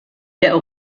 der